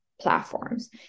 platforms